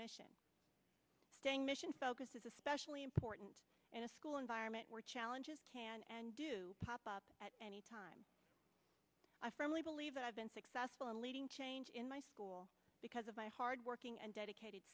mission staying mission focus is especially important in a school environment where challenges pop up at any time i firmly believe that i have been successful in leading change in my school because of my hardworking and dedicated